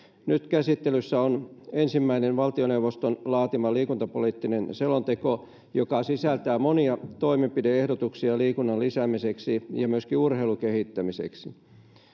nyt käsittelyssä on ensimmäinen valtioneuvoston laatima liikuntapoliittinen selonteko joka sisältää monia toimenpide ehdotuksia liikunnan lisäämiseksi ja myöskin urheilun kehittämiseksi